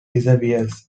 disappears